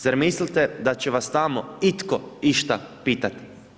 Zar mislite da će vas tamo itko išta pitati?